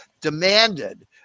demanded